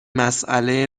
مساله